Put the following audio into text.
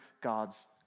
God's